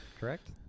correct